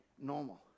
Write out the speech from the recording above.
normal